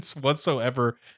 whatsoever